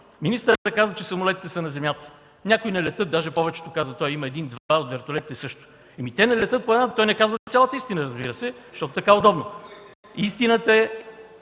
Министърът каза, че самолетите са на земята. Някои не летят, даже повечето – казва той. Има един-два от вертолетите – също. Той не казва цялата истина, разбира се, защото така е удобно. Истината е,